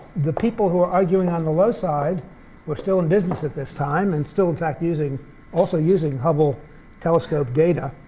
the people who are arguing on the low side were still in business at this time and still in fact also using hubble telescope data.